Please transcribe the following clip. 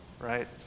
right